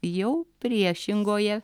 jau priešingoje